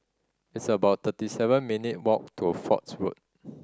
it's about thirty seven minute walk to Forts Road